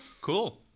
cool